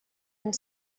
and